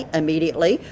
immediately